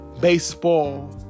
Baseball